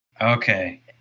Okay